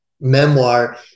memoir